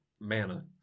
mana